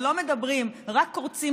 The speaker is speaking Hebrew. לכולנו נגמר הכוח, כי הם קטנים